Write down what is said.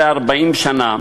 שאחרי 40 שנה